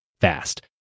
fast